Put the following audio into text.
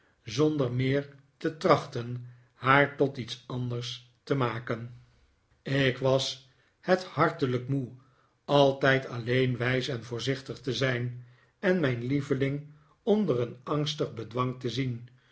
zonder meer te trachten haar tot iets anders te maken ik david copperfield was het hartelijk moe altijd alleen wijs en voorzichtig te zijn en mijn lieveling onder een angstig bedwang te zien